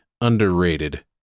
underrated